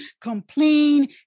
complain